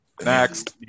Next